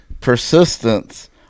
persistence